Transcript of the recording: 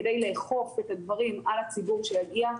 כדי לאכוף את הדברים על הציבור שיגיע,